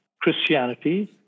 Christianity